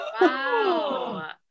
Wow